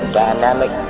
dynamic